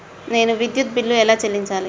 నేను విద్యుత్ బిల్లు ఎలా చెల్లించాలి?